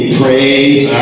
praise